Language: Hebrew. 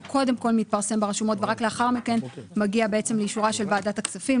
הוא קודם כל מתפרסם ברשומות ורק לאחר מכן מגיע לאישורה של ועדת הכספים.